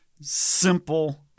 simple